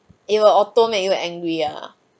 it will auto make you angry ah